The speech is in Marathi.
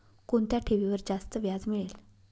कोणत्या ठेवीवर जास्त व्याज मिळेल?